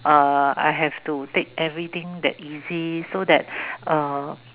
uh I have to take everything that easy so that